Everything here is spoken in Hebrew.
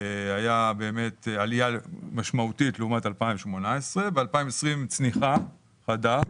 ב-2019 עלייה משמעותית לעומת 2018 ובשנת 2020 הייתה צניחה חדה.